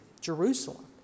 Jerusalem